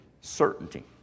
certainty